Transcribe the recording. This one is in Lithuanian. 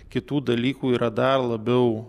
kitų dalykų yra dar labiau